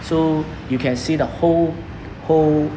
so you can see the whole whole